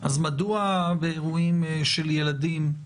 אז באירועים של ילדים,